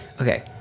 Okay